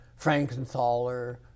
Frankenthaler